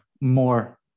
more